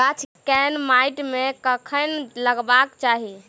गाछ केँ माइट मे कखन लगबाक चाहि?